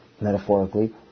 metaphorically